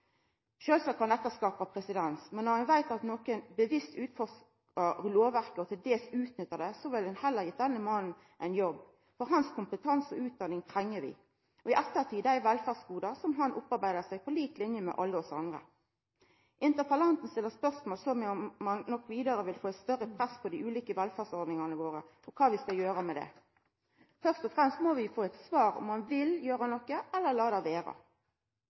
Sjølvsagt kan dette skapa presedens, men når ein veit at nokon bevisst utfordrar lovverket og til dels utnyttar det, burde ein heller gitt denne mannen ein jobb, for vi treng hans kompetanse og utdanning, og i ettertid dei velferdsgode som han ville ha opparbeidd seg, på lik linje med alle oss andre. Interpellanten stiller spørsmål om ein vidare vil få eit større press på dei ulike velferdsordningane våre, og kva vi skal gjera med det. Først og fremst må vi få eit svar på om ein vil gjera noko, eller om ein vil la det vera.